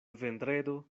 vendredo